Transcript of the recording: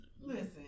Listen